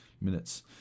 minutes